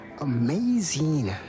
Amazing